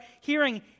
hearing